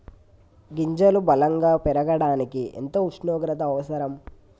గింజలు బలం గా పెరగడానికి ఎంత ఉష్ణోగ్రత అవసరం?